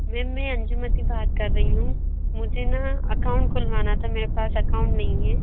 ma'am मैं अंजुमति बात कर रही हूँ मुझे न अकाउंट खुलवाना था मेरे पास अकाउंट नहीं है